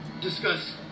discuss